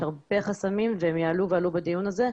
יש הרבה חסמים והם יעלו ועלו בדיון הזה.